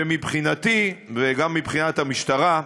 ומבחינתי, וגם מבחינת המשטרה,